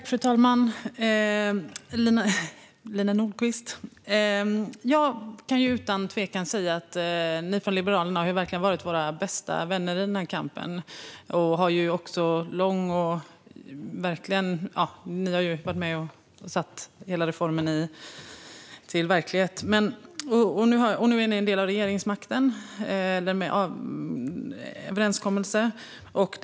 Fru talman! Jag kan utan tvekan säga att ni från Liberalerna har varit våra bästa vänner i den här kampen, Lina Nordquist. Ni var med om att få hela reformen att bli verklighet. Nu är ni en del av regeringsmakten genom en överenskommelse.